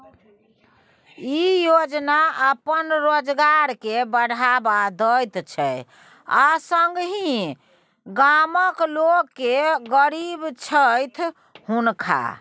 ई योजना अपन रोजगार के बढ़ावा दैत छै आ संगहि गामक लोक जे गरीब छैथ हुनका